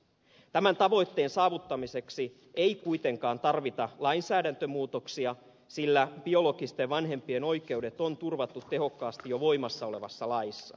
tämän tavoitteen saavuttamiseksi ei kuitenkaan tarvita lainsäädäntömuutoksia sillä biologisten vanhempien oikeudet on turvattu tehokkaasti jo voimassa olevassa laissa